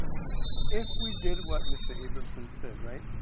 if we did what mr. abramson said, right,